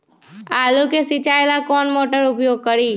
आलू के सिंचाई ला कौन मोटर उपयोग करी?